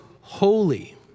holy